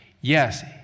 Yes